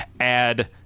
add